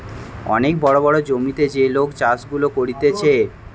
অনেক বড় বড় জমিতে যে লোক চাষ গুলা করতিছে